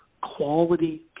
quality